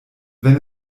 wenn